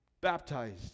baptized